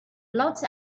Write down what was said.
blots